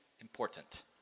important